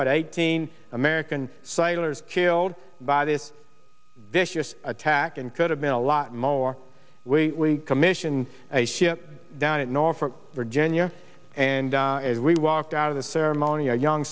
what eighteen american cyclists killed by this vicious attack and could have been a lot more we commissioned a ship down in norfolk virginia and as we walked out of the ceremony a young